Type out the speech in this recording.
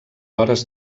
hores